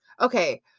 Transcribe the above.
Okay